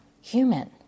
human